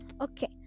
okay